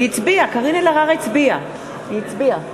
קארין אלהרר הצביעה.